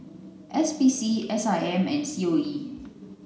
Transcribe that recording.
S P C S I M and C O E